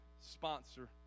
sponsor